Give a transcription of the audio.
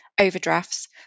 overdrafts